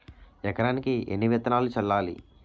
ఎకరానికి ఎన్ని విత్తనాలు చల్లాలి?